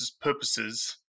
purposes